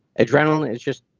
adrenaline is just,